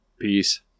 Peace